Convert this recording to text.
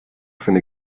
seine